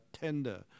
tender